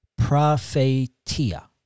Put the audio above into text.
prophetia